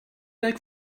like